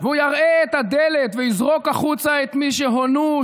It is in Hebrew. והוא יראה את הדלת ויזרוק החוצה את מי שהונו,